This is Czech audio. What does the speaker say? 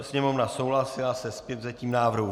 Sněmovna souhlasila se zpětvzetím návrhu.